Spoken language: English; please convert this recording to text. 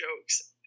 jokes